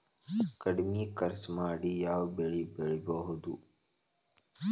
ಕಡಮಿ ಖರ್ಚ ಮಾಡಿ ಯಾವ್ ಬೆಳಿ ಬೆಳಿಬೋದ್?